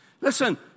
Listen